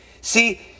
See